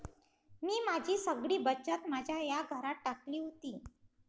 मी माझी सगळी बचत माझ्या या घरात टाकली होती